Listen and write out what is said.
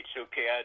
okay